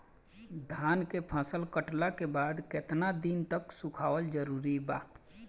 धान के फसल कटला के बाद केतना दिन तक सुखावल जरूरी बा?